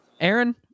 Aaron